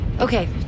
Okay